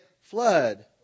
flood